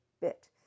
bit